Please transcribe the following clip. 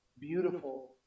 beautiful